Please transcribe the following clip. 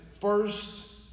first